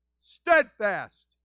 steadfast